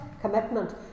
commitment